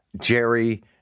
Jerry